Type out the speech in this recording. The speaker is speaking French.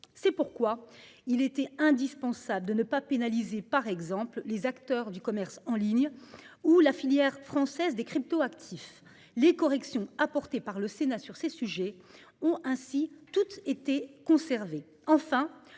niveaux. Il était indispensable de ne pas pénaliser, par exemple, les acteurs du commerce en ligne ou la filière française des crypto-actifs. Les corrections apportées par le Sénat sur ces sujets ont toutes été conservées.